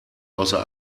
außer